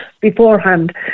beforehand